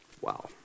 wow